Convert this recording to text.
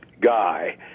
guy